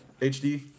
HD